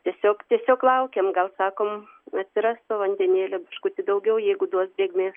tiesiog tiesiog laukiam gal sakom atsiras to vandenėlio biškutį daugiau jeigu duos drėgmės